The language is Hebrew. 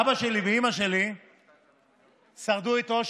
אבא שלי ואימא שלי שרדו את אושוויץ.